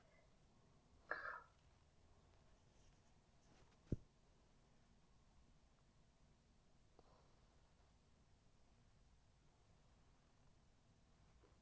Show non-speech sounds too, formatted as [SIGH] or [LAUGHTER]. [BREATH]